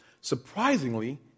Surprisingly